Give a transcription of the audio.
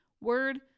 word